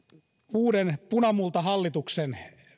uuden punamultahallituksen